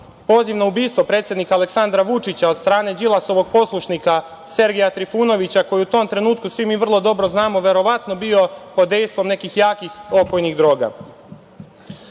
poziv na ubistvo predsednika Aleksandra Vučića od strane Đilasovog poslušnika Sergeja Trifunovića, koji je u tom trenutku, svi mi vrlo dobro znamo, verovatno bio pod dejstvom nekih jakih opojnih droga. Drago